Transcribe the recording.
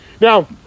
Now